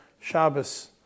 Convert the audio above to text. Shabbos